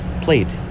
played